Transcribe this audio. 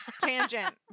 tangent